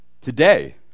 today